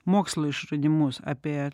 mokslo išradimus apie